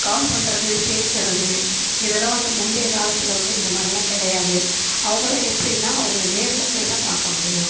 கால் பண்ணுறது பேசுகிறது இது எல்லாம் வந்து முன்பய காலத்தில் வந்து இதை மாதிரிலாம் கிடையாது அவங்களாம் எப்படின்னா அவங்கள நேரில் போய் தான் பார்க்க முடியும்